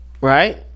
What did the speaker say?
Right